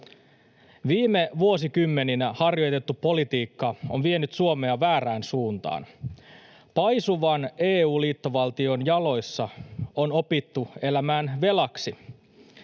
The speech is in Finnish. Viime vuosikymmeninä harjoitettu politiikka on vienyt Suomea väärään suuntaan. Paisuvan EU-liittovaltion jaloissa on opittu elämään velaksi.